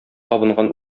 абынган